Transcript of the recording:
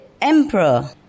emperor